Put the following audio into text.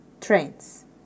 trains